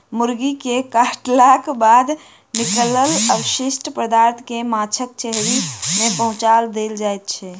मुर्गी के काटलाक बाद निकलल अवशिष्ट पदार्थ के माछक हेचरी मे पहुँचा देल जाइत छै